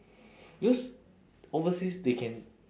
because overseas they can